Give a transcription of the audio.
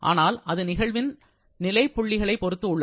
ஆனால் அது நிகழ்வின் நிலை புலிகளை பொறுத்து உள்ளது